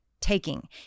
taking